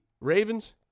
Ravens